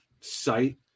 site